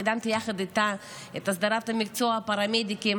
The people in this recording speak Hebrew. קידמתי יחד איתה את הסדרת מקצוע הפרמדיקים,